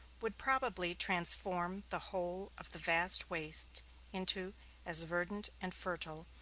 would probably transform the whole of the vast waste into as verdant, and fertile,